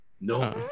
No